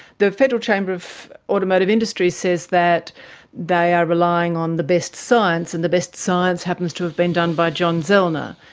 the federal chamber of automotive industry says that they are relying on the best science and the best science happens to have been done by john zellner.